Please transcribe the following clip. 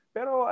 Pero